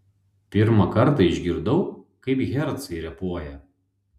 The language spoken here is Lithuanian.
pirmą kartą išgirdau kaip hercai repuoja